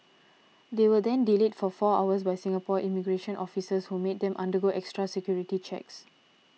they were then delayed for four hours by Singapore immigration officials who made them undergo extra security checks